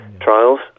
Trials